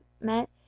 met